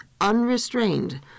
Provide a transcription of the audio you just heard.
unrestrained